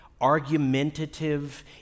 argumentative